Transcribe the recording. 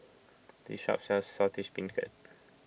this shop sells Saltish Beancurd